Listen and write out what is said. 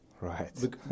Right